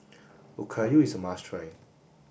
Okayu is a must try